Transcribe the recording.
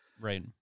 Right